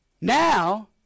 Now